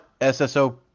SSO